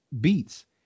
beats